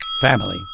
Family